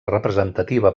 representativa